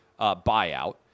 buyout